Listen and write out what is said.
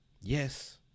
Yes